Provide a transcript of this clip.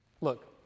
Look